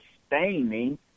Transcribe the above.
sustaining